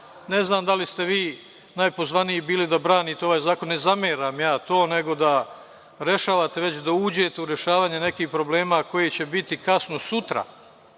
Ne znam da li ste vi najpozvaniji bili da branite ovaj zakon. Ne zameram ja to, nego da rešavate, već da uđete u rešavanje nekih problema koje će biti kasno sutra,